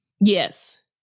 Yes